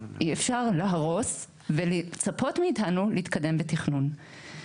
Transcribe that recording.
אי אפשר להרוס ולצפות מאיתנו להתקדם בתכנון.